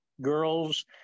girls